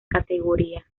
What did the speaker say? categoría